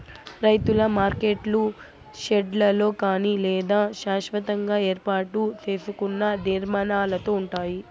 రైతుల మార్కెట్లు షెడ్లలో కానీ లేదా శాస్వతంగా ఏర్పాటు సేసుకున్న నిర్మాణాలలో ఉంటాయి